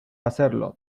hacerlo